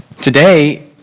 Today